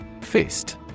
Fist